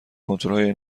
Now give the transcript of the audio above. کنتورهای